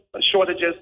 shortages